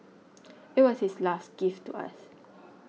it was his last gift to us